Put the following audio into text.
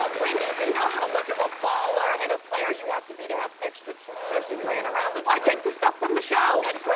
wendy do you know how much of a baller and a player you have to be to have extra toothbrushes laying around the drawer. i take the stuff from the shelf.